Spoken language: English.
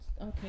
okay